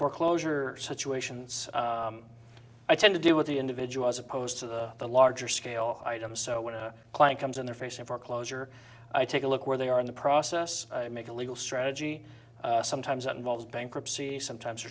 foreclosure situations i tend to do with the individual as opposed to the larger scale items so when a client comes in they're facing foreclosure i take a look where they are in the process make a legal strategy sometimes that involves bankruptcy sometimes